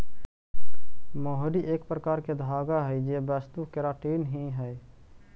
मोहरी एक प्रकार के धागा हई जे वस्तु केराटिन ही हई